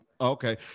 okay